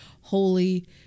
holy